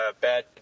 bad